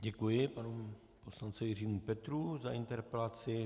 Děkuji panu poslanci Jiřímu Petrů za interpelaci.